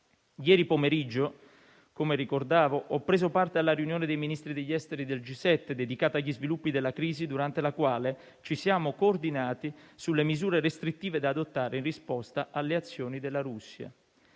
Ieri pomeriggio - come prima ricordavo - ho preso parte alla riunione dei Ministri degli esteri del G7, dedicata agli sviluppi della crisi, durante la quale ci siamo coordinati sulle misure restrittive da adottare in risposta alle azioni della Russia.